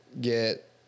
get